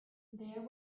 there